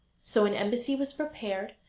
so an embassy was prepared,